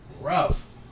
Rough